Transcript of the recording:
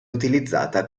utilizzata